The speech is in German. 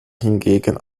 hingegen